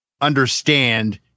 understand